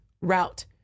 route